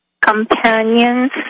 companions